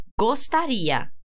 gostaria